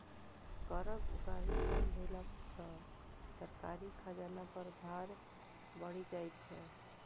करक उगाही कम भेला सॅ सरकारी खजाना पर भार बढ़ि जाइत छै